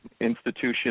institution